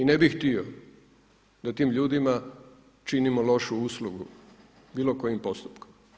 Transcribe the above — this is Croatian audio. I ne bih htio da tim ljudima činimo lošu uslugu bilokojim postupkom.